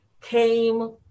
came